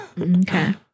Okay